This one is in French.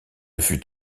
fut